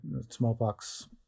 smallpox